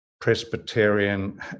Presbyterian